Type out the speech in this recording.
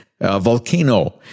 volcano